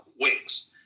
wings